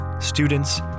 students